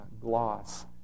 gloss